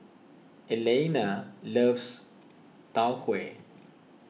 Elaina loves Tau Huay